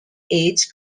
edge